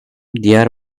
diğer